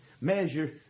measure